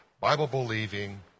Bible-believing